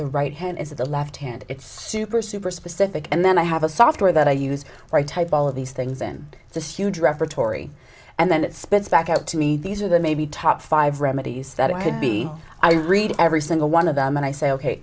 the right hand is it the left hand it's super super specific and then i have a software that i use or i type all of these things in this huge repertory and then it spits back out to me these are the maybe top five remedies that it could be i read every single one of them and i say ok